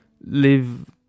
live